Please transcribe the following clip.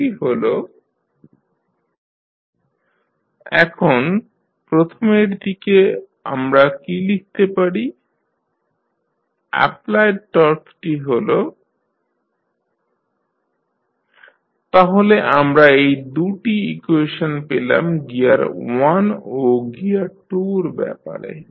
সেটি হল T2tJ2d22dt2B2d2dtFc222 এখন প্রথমের দিকে আমরা কী লিখতে পারি অ্যাপ্লায়েড টর্কটি হল TtJ1d21tdt2B1d1tdtFc111T1 তাহলে আমরা এই 2 টি ইকুয়েশন পেলাম গিয়ার 1 ও গিয়ার 2 র ব্যাপারে